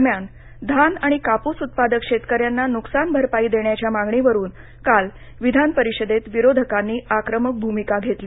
दरम्यान धान आणि कापूस उत्पादक शेतकऱ्यांना न्कसान भरपाई देण्याच्या मागणीवरून काल विधान परिषदेत विरोधकांनी आक्रमक भूमिका घेतली